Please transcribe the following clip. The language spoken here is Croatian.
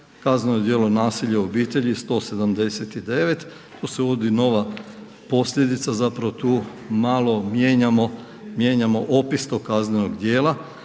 Kazneno djelo nasilja u obitelji 179., tu se uvodi nova posljedica zapravo tu malo mijenjamo, mijenjamo opis tog kaznenog djela